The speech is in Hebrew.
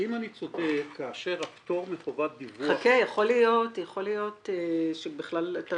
האם אני צודק כאשר הפטור מחובת דיווח --- יכול להיות שבכלל אתה